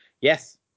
Yes